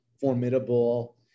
formidable